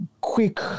quick